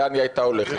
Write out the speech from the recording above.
לאן היא הייתה הולכת.